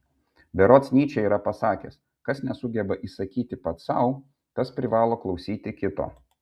berods nyčė yra pasakęs kas nesugeba įsakyti pats sau tas privalo klausyti kito